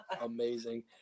Amazing